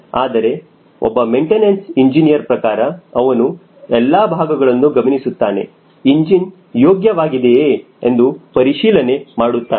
ಆದರೆ ಒಬ್ಬ maintenance engineer ಪ್ರಕಾರ ಅವನು ಎಲ್ಲಾ ಭಾಗಗಳನ್ನು ಗಮನಿಸುತ್ತಾನೆ ಇಂಜಿನ್ ಯೋಗ್ಯವಾಗಿದೆಯೇ ಎಂದು ಪರಿಶೀಲನೆ ಮಾಡುತ್ತಾನೆ